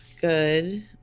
good